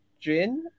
gin